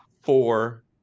four